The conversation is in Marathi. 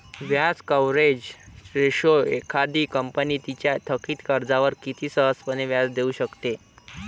व्याज कव्हरेज रेशो एखादी कंपनी तिच्या थकित कर्जावर किती सहजपणे व्याज देऊ शकते